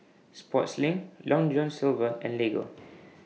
Sportslink Long John Silver and Lego